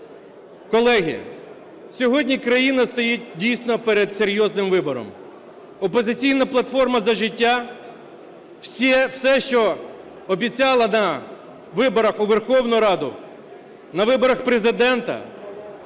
Колеги, сьогодні країна стоїть дійсно перед серйозним вибором. "Опозиційна платформа – За життя" все, що обіцяла на виборах у Верховну Раду, на виборах Президента,